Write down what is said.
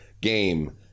game